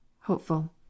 HOPEFUL